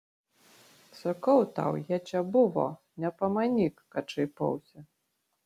sakau tau jie čia buvo nepamanyk kad šaipausi